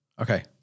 Okay